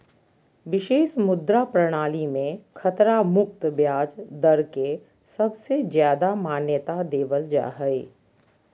विशेष मुद्रा प्रणाली मे खतरा मुक्त ब्याज दर के सबसे ज्यादा मान्यता देवल जा हय